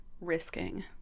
risking